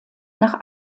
nach